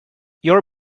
your